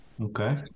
Okay